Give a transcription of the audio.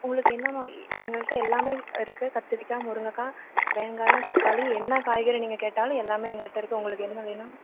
உங்களுக்கு என்ன மா எங்கள்கிட்ட எல்லாமே இருக்குது கத்திரிக்காய முருங்கக்காய் வெங்காயம் தக்காளி என்ன காய்கறி நீங்கள் கேட்டாலுமே எல்லாமே எங்கள்கிட்ட இருக்குது உங்களுக்கு என்ன வேணும்